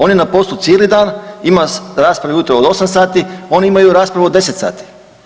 On je na poslu cijeli dan, ima rasprave ujutro od osam sati, oni imaju raspravu od 10 sati.